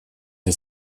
для